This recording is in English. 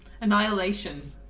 Annihilation